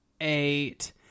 eight